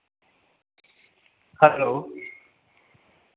hello